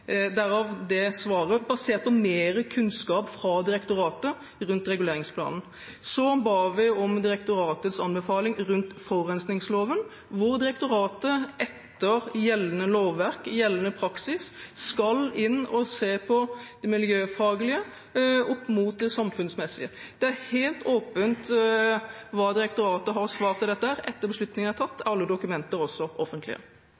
derav det svaret – basert på mer kunnskap fra direktoratet rundt reguleringsplanen. Så ba vi om direktoratets anbefaling rundt forurensningsloven, hvor direktoratet etter gjeldende lovverk, gjeldende praksis, skal inn og se på det miljøfaglige opp mot det samfunnsmessige. Det er helt åpent hva direktoratet har svart til dette etter at beslutningen er tatt. Alle dokumenter er også offentlige.